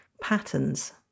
patterns